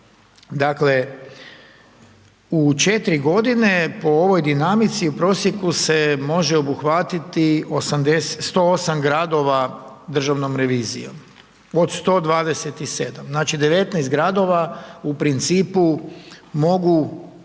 Dakle u 4 godine po ovoj dinamici u prosjeku se može obuhvatiti 108 gradova državnom revizijom. Od 127, znači 19 gradova u principu mogu